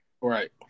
Right